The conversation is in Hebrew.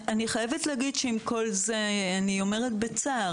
אני חייבת להגיד שעם כל זה אני אומרת בצער